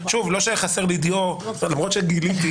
ואיך בהקשר הזה ניסינו לבוא דווקא לטובת הציבור.